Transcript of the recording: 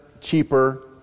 cheaper